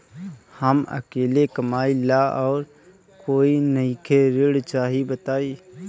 हम अकेले कमाई ला और कोई नइखे ऋण चाही बताई?